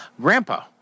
Grandpa